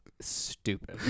stupid